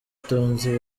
tonzi